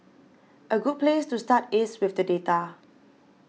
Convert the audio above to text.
a good place to start is with the data